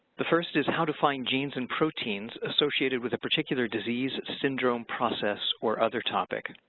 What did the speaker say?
the first is how to find genes and proteins associated with a particular disease, syndrome, process, or other topic.